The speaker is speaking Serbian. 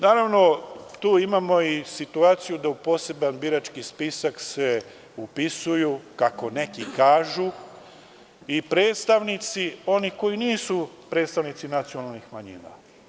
Naravno, tu imamo i situaciju da u poseban birački spisak se upisuju, kako neki kažu, i predstavnici i oni koji nisu predstavnici nacionalnih manjina.